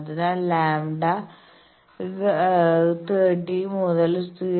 അതിനാൽ ലാംഡ λ 30 മുതൽ 7